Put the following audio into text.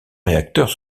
réacteurs